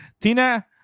Tina